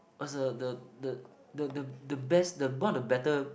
was a the the the the the best the one of better